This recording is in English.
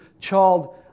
child